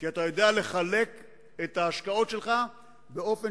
כי אתה יודע לחלק את ההשקעות שלך באופן